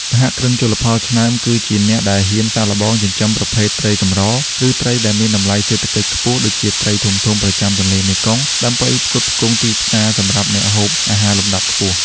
សហគ្រិនជលផលឆ្នើម គឺជាអ្នកដែលហ៊ានសាកល្បងចិញ្ចឹមប្រភេទត្រីកម្រ ឬត្រីដែលមានតម្លៃសេដ្ឋកិច្ចខ្ពស់ដូចជាត្រីធំៗប្រចាំទន្លេមេគង្គ ដើម្បីផ្គត់ផ្គង់ទីផ្សារសម្រាប់អ្នកហូបអាហារលំដាប់ខ្ពស់។